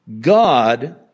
God